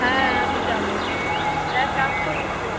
হ্যাঁ আমি যাবো এক কাজ করিস তুই